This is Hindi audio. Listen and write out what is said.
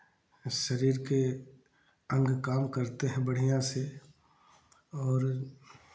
शरीर के अंग काम करते हैं बढ़ियाँ से और